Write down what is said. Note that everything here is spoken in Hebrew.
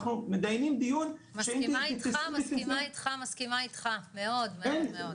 אנחנו מתדיינים דיון --- מסכימה איתך מאוד מאוד.